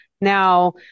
Now